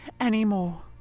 anymore